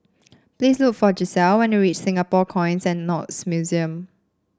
please look for Gisele when you reach Singapore Coins and Notes Museum